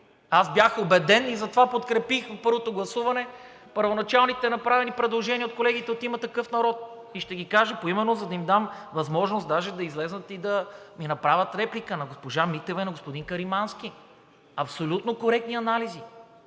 аз бях убеден и затова подкрепих в първото гласуване първоначалните направени предложения от колегите от „Има такъв народ“, и ще ги кажа поименно, за да им дам възможност даже да излязат и да ми направят реплика – на госпожа Митева и на господин Каримански. Абсолютно коректни анализи.